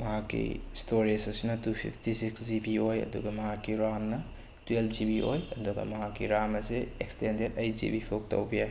ꯃꯍꯥꯛꯀꯤ ꯏꯁꯇꯣꯔꯦꯖ ꯑꯁꯤꯅ two fifty six G B ꯑꯣꯏ ꯑꯗꯨꯒ ꯃꯍꯥꯛꯀꯤ ꯔꯥꯝꯅ ꯇ꯭ꯋꯦꯜꯐ ꯖꯤ ꯕꯤ ꯑꯣꯏ ꯑꯗꯨꯒ ꯃꯍꯥꯛꯀꯤ ꯔꯥꯝ ꯑꯁꯤ ꯑꯦꯛꯁꯇꯦꯟꯗꯦꯗ ꯑꯩꯠ ꯖꯤ ꯕꯤ ꯐꯥꯎꯕ ꯇꯧꯕ ꯌꯥꯏ